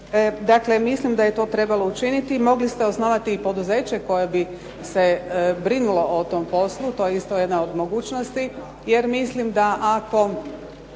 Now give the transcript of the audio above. Dakle, mislim da je to trebalo učiniti. Mogli ste osnovati i poduzeće koje bi se brinulo o tom poslu, to je isto jedna od mogućnost jer mislim da ako